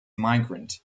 migrant